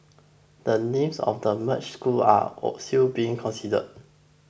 the names of the merged schools are all still being considered